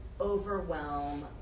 Overwhelm